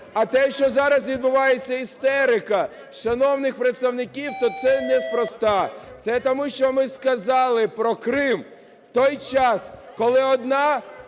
А те, що зараз відбувається істерика шановних представників, то це неспроста. Це тому, що ми сказали про Крим, в той час, коли одна